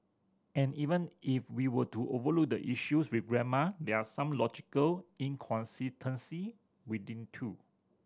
and even if we were to overlook the issues with grammar there are some logical inconsistency within too